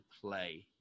play